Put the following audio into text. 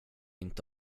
inte